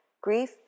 Grief